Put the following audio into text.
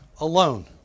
alone